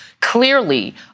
clearly